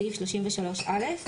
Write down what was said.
בסעיף 33(א),